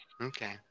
Okay